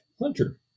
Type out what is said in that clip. hunter